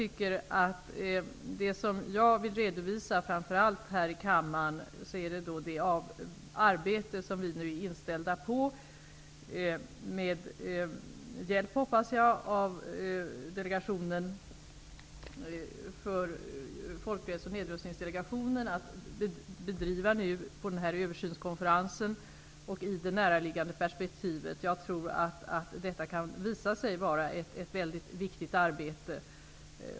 Det jag framför allt vill redovisa här i kammaren är det arbete som vi nu är inställda på, förhoppningsvis med hjälp av Folkrätts och nedrustningsdelegationen, att bedriva vid översynskonferensen och i det näraliggande perspektivet. Jag tror att detta kan komma att visa sig vara ett mycket viktigt arbete.